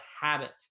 habit